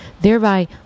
Thereby